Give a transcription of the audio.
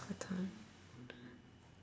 gratin